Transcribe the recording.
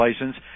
license